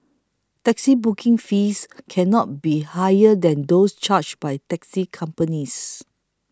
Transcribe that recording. taxi booking fees cannot be higher than those charged by taxi companies